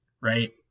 right